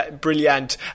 Brilliant